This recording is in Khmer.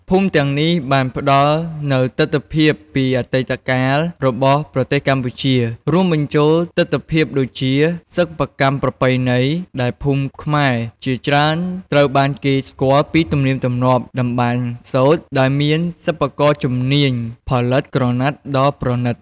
ភូមិទាំងនេះបានផ្ដល់នូវទិដ្ឋភាពពីអតីតកាលរបស់ប្រទេសកម្ពុជា រួមបញ្ចូលទិដ្ឋភាពដូចជា សិប្បកម្មប្រពៃណី ដែលភូមិខ្មែរជាច្រើនត្រូវបានគេស្គាល់ពីទំនៀមទម្លាប់តម្បាញសូត្រ ដោយមានសិប្បករជំនាញផលិតក្រណាត់ដ៏ប្រណិត។